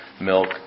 milk